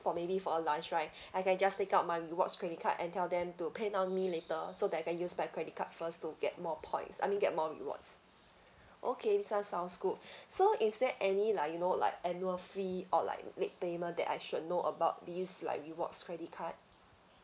for maybe for a lunch right I can just take out my rewards credit card and tell them to paynow me later so that I can use my credit card first to get more points I mean get more rewards okay this [one] sounds good so is there any like you know like annual fee or like late payment that I should know about this like rewards credit card